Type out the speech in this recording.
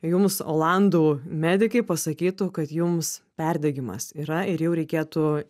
jums olandų medikai pasakytų kad jums perdegimas yra ir jau reikėtų